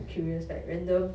is for which mod ah